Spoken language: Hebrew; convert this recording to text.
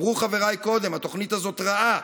אמרו חבריי קודם, התוכנית הזאת רעה,